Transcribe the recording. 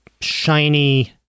shiny